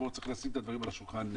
צריך לשים את הדברים על השולחן.